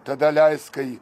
tada leist kai